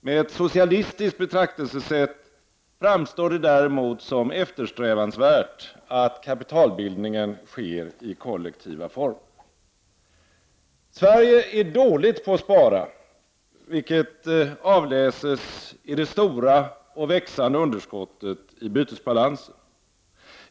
Med ett socialistiskt betraktelsesätt framstår det däremot som eftersträvansvärt att kapitalbildningen sker i kollektiva former. Sverige är dåligt på att spara, vilket avläses i det stora och växande underskottet i bytesbalansen.